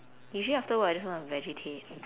usually after work I just want to vegetate